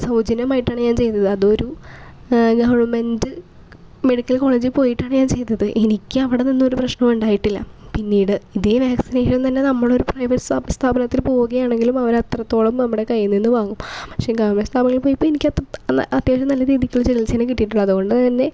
സൗജന്യമായിട്ടാണ് ഞാൻ ചെയ്തത് അതു ഒരു ഗവൺമെൻറ് മെഡിക്കൽ കോളേജിൽ പോയിട്ടാണ് ഞാൻ ചെയ്തത് എനിക്ക് അവിടെ നിന്നൊരു പ്രശ്നം ഉണ്ടായിട്ടില്ല പിന്നീട് ഇതേ വാക്സിനേഷൻ തന്നെ നമ്മളൊരു പ്രൈവറ്റ് സ്ഥാപനത്തിൽ പോവുകയാണെങ്കിൽ അവർ അത്രത്തോളം നമ്മുടെ കൈയ്യിൽ നിന്ന് വാങ്ങും പക്ഷേ ഗവൺമെൻറ് സ്ഥാപനങ്ങളിൽ പോയപ്പോൾ എനിക്ക് അത് അത്യാവശ്യം നല്ല രീതിക്കുള്ള ചികിത്സയാണ് കിട്ടിട്ടുള്ളത് അതുകൊണ്ടു തന്നെ